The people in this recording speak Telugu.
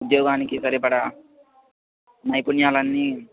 ఉద్యోగానికి సరిపడా నైపుణ్యాలన్నీ